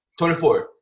24